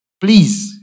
please